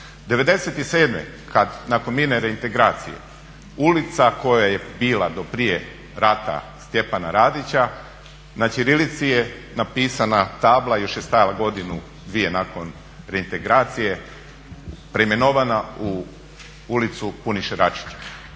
97.kada nakon mirne reintegracije ulica koja je bila do prije rata Stjepana Radića na ćirilici je napisana tabla, još je stajala godinu, dvije nakon reintegracije preimenovana u ulicu Puniše Račića